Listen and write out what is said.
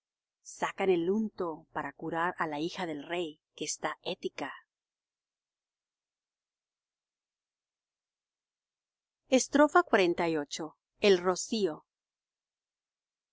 sacan el unto para curar á la hija del rey que está hética xlviii el rocío